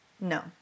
No